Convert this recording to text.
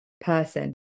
person